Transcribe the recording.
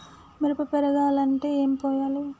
మిరప పెరగాలంటే ఏం పోయాలి?